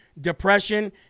depression